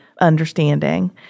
understanding